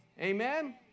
Amen